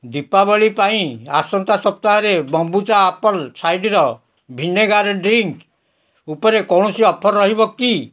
ଦୀପାବଳି ପାଇଁ ଆସନ୍ତା ସପ୍ତାହରେ kombucha apple cider vinegar drink ଉପରେ କୌଣସି ଅଫର୍ ରହିବ କି